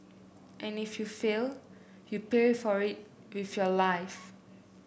and if you fail you pay for it with your life